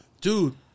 Dude